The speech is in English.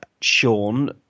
Sean